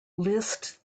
list